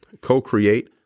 co-create